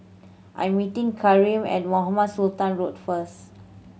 I'm meeting Karim at Mohamed Sultan Road first